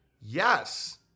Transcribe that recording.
Yes